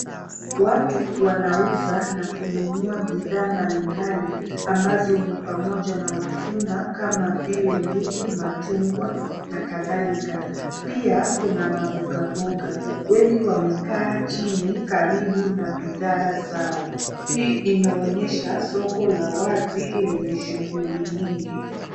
Watu wanauza na kununua bidhaa mbali mbali ambazo ni pamoja na matunda kama vile ndizi majungwa na katalika. Pia kuna mapoka poka wengi wamekaa jini karibu na bidhaa zao. Hii inaonyesha soko la wazi lenye shughuli nyingi.